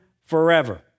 forever